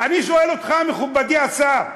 אני שואל אותך, מכובדי השר,